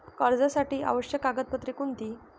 कर्जासाठी आवश्यक कागदपत्रे कोणती?